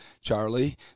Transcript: Charlie